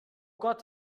gott